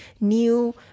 new